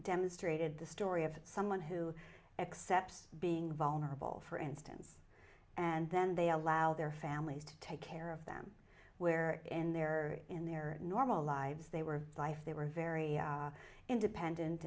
demonstrated the story of someone who accepts being vulnerable for instance and then they allow their families to take care of them where in their in their normal lives they were life they were very independent